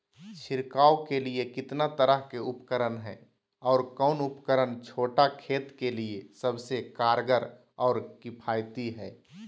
छिड़काव के लिए कितना तरह के उपकरण है और कौन उपकरण छोटा खेत के लिए सबसे कारगर और किफायती है?